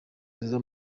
nziza